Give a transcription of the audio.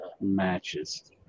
matches